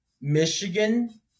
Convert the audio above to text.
Michigan